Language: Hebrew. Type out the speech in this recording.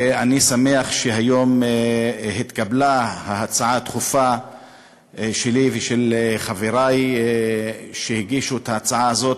ואני שמח שהיום התקבלה ההצעה הדחופה שלי ושל חברי שהגישו את ההצעה הזאת,